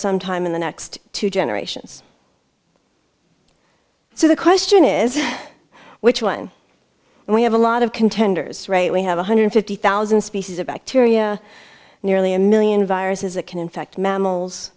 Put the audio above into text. sometime in the next two generations so the question is which one and we have a lot of contenders right we have one hundred fifty thousand species of bacteria nearly a million viruses that can infect mammals